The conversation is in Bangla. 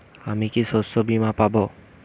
আমি কি শষ্যবীমা পাব?